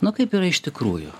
na kaip yra iš tikrųjų